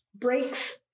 breaks